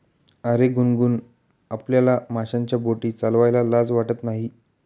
अरे गुनगुन, आपल्याला माशांच्या बोटी चालवायला लाज वाटत नाही